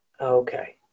Okay